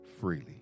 freely